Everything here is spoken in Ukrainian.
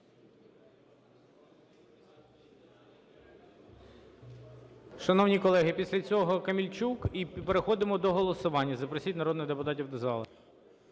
Шановні колеги, після цього Камельчук, і переходимо до голосування. Запросіть народних депутатів до залу.